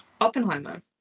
Oppenheimer